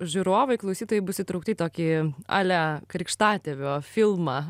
žiūrovai klausytojai bus įtraukti į tokį ale krikštatėvio filmą